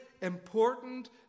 important